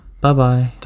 Bye-bye